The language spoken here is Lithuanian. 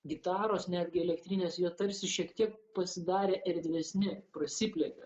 gitaros netgi elektrinės jie tarsi šiek tiek pasidarė erdvesni prasiplėtė